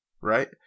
right